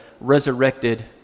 resurrected